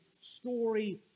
story